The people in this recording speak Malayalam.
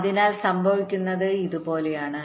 അതിനാൽ സംഭവിക്കുന്നത് ഇതുപോലെയാണ്